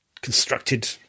constructed